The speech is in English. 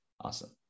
awesome